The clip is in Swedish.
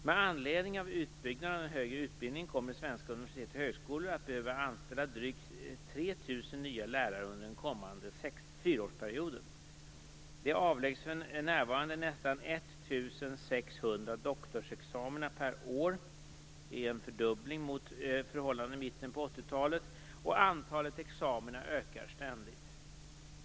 Med anledning av utbyggnaden av den högre utbildningen kommer svenska universitet och högskolor att behöva anställa drygt 3 000 nya lärare under den kommande fyraårsperioden. Det avläggs för närvarande nästan 1 600 doktorsexamina per år. Det är en fördubbling mot förhållandena i mitten på 80-talet. Antalet examina ökar ständigt.